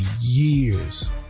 years